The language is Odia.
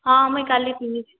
ହଁ ମୁଁଇ କାଲି ଥିମି